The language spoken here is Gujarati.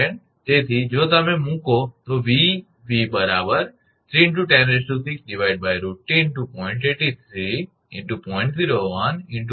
તેથી જો તમે મૂકો કે 𝑉𝑣 3×106√2×0